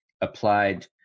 applied